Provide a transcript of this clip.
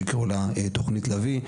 שיקראו לה תכנית לביא,